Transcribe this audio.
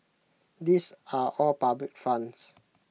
these are all public funds